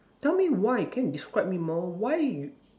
tell me why can describe more why you